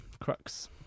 Crux